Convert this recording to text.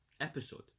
episode